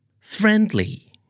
Friendly